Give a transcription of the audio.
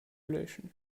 löschen